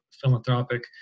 philanthropic